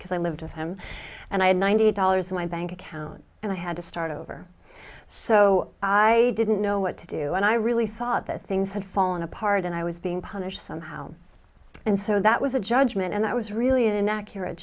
because i lived with him and i had one hundred dollars in my bank account and i had to start over so i didn't know what to do and i really thought that things had fallen apart and i was being punished somehow and so that was a judgement and that was really an inaccurate